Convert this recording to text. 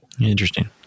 Interesting